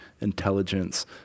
intelligence